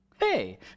Hey